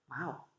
Wow